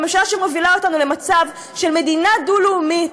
ממשלה שמובילה אותנו למצב של מדינה דו-לאומית,